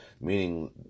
meaning